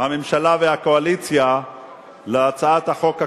הממשלה והקואליציה להצעת החוק הקודמת,